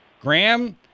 Graham